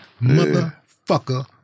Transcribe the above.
motherfucker